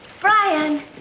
Brian